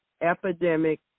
Epidemic